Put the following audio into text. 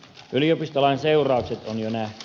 yliopistolain seuraukset on jo nähty